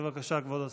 בבקשה, כבוד השר.